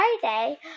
Friday